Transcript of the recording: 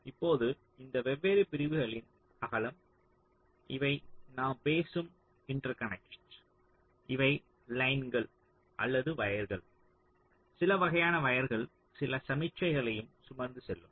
இப்போது இந்த வெவ்வேறு பிரிவுகளின் அகலம் இவை நாம் பேசும் இன்டர்கனக்ட் இவை லைன்கள் அல்லது வயர்கள் சில வகையான வயர்கள் சில சமிக்ஞைகளையும் சுமந்து செல்லும்